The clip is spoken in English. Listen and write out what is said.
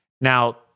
Now